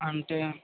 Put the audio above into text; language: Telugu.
అంటే